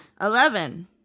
Eleven